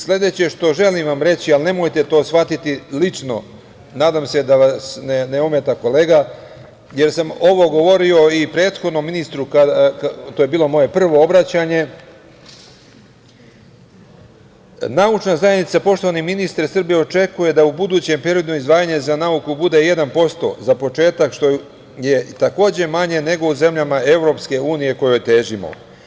Sledeće što vam želim reći, ali nemojte to shvatiti lično kolega, jer sam ovo govorio i prethodnom ministru, to je bilo moje prvo obraćanje, Naučna zajednica Srbije poštovani ministre očekuje da u budućem periodu izdvajanje za nauku bude 1% za početak što je takođe manje nego u zemljama EU kojoj težimo.